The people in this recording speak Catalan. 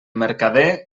mercader